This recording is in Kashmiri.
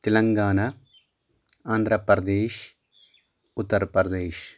تِلَنگانہ آندھرا پردیش اُتر پردیش